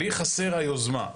לי חסר היוזמה,